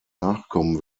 nachkommen